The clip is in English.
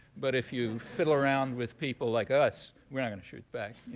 but if you fiddle around with people like us, we're not gonna shoot back,